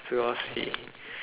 seriously